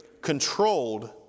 controlled